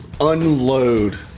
unload